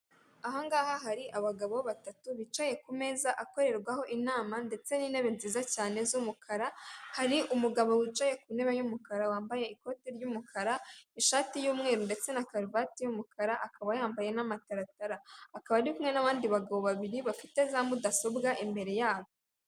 Ahangaha hari abagabo batatu bicaye ku meza akorerwaho inama ndetse n'intebe nziza cyane z'umukara, hari umugabo wicaye ku ntebe y'umukara wambaye ikoti ry'umukara, ishati y'umweru ndetse na karuvati y'umukara akaba yambaye n'amataratara, akaba ari kumwe n'abandi bagabo babiri bafite za mudasobwa imbere yabo.